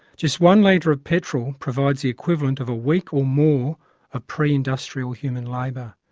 just one litre of petrol provides the equivalent of a week or more of pre-industrial human labour.